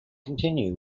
continue